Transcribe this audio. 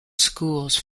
schools